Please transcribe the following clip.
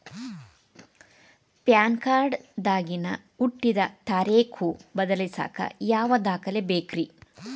PAN card ದಾಗಿನ ಹುಟ್ಟಿದ ತಾರೇಖು ಬದಲಿಸಾಕ್ ಯಾವ ದಾಖಲೆ ಬೇಕ್ರಿ?